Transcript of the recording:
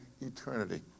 eternity